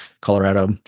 colorado